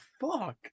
fuck